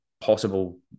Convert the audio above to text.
possible